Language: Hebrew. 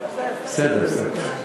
בסדר, בסדר.